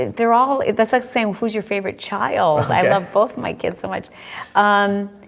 there all, it's like saying who's your favorite child i love both my kids so much umm,